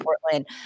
Portland